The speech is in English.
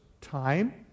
time